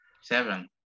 Seven